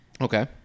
Okay